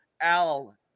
Al